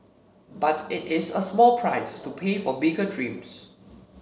but it is a small price to pay for bigger dreams